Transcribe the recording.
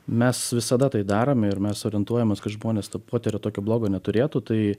mes visada tai darom ir mes orientuojamės kad žmonės to potyrio tokio blogo neturėtų tai